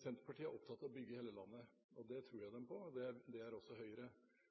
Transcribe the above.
Senterpartiet er opptatt av å bygge hele landet – og det tror jeg dem på, det er også Høyre.